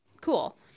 cool